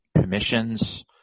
commissions